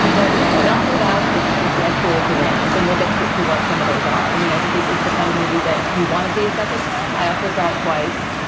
but it's not without its intellectual demands. and we'll get to that to what some of those are. i mean, i think it is the kind of movie that you want to see a second time. i also saw it twice.